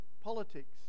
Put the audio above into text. politics